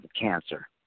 cancer